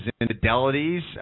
infidelities